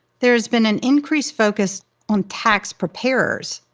there's been an increased focus on tax preparers.